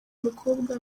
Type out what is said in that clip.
mukobwa